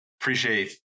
appreciate